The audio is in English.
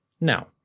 Now